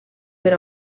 per